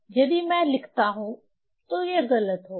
यदि मैं लिखता हूं तो यह गलत होगा